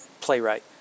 playwright